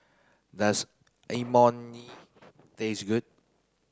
does Imoni taste good